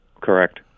Correct